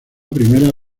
primera